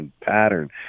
pattern